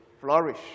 flourish